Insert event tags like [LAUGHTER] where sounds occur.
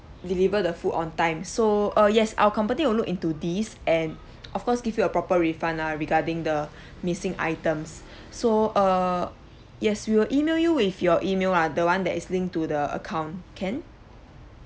deliver the food on time so uh yes our company will look into this and [NOISE] of course give you a proper refund lah regarding the [BREATH] missing items so err yes we will email you with your email lah the one that is linked to the account can